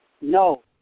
No